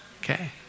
Okay